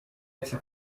ati